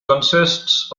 consists